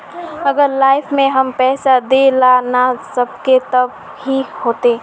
अगर लाइफ में हम पैसा दे ला ना सकबे तब की होते?